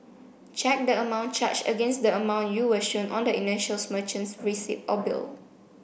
check the amount charged against the amount you were shown on the initials merchant's receipt or bill